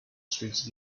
streets